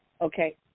okay